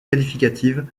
qualificatives